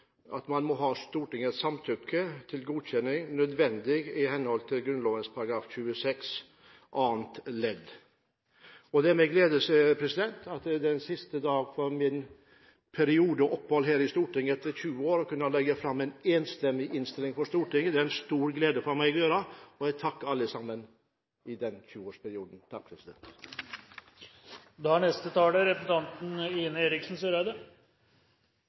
samtykke til godkjenning, nødvendig i henhold til Grunnloven § 26 annet ledd. Det er med glede jeg den siste dagen av min periode og mitt opphold her i Stortinget, gjennom 20 år, kan legge fram en enstemmig innstilling for Stortinget. Det er det en stor glede for meg å gjøre. Jeg takker alle sammen for denne 20-årsperioden. Neste taler er representanten Ine M. Eriksen Søreide,